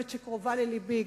שגם היא קרובה ללבי,